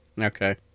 Okay